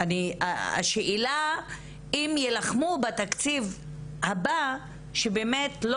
השאלה אם יילחמו בתקציב הבא שבאמת לא